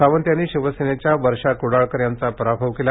सावंत यांनी शिवसेनेच्या वर्षा कुडाळकर यांचा पराभव केला